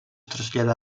traslladà